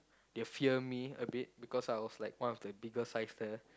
they fear me a bit because I was like one of the biggest size the